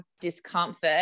discomfort